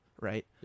right